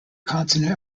continent